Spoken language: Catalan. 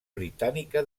britànica